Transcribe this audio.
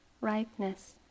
ripeness